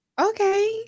Okay